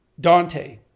Dante